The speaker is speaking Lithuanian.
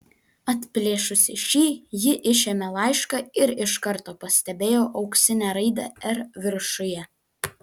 atplėšusi šį ji išėmė laišką ir iš karto pastebėjo auksinę raidę r viršuje